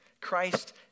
Christ